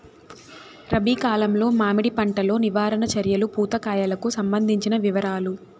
రబి కాలంలో మామిడి పంట లో నివారణ చర్యలు పూత కాయలకు సంబంధించిన వివరాలు?